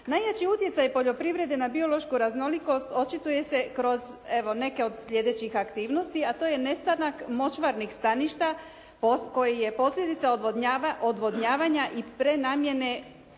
Najjači utjecaj poljoprivrede na biološku raznolikost očituje se kroz, evo neke od sljedećih aktivnosti a to je nestanak močvarnih staništa koji je posljedica odvodnjavanja i prenamjene u